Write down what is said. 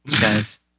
guys